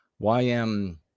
YM